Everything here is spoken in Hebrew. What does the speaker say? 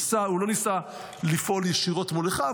הוא לא ניסה לפעול ישירות מול אחיו,